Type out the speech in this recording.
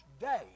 day